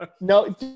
No